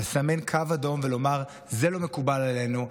לסמן קו אדום ולומר: זה לא מקובל עלינו,